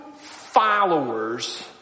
followers